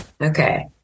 Okay